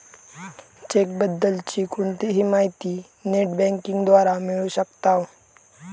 check बद्दल ची कोणतीही माहिती नेट बँकिंग द्वारा मिळू शकताव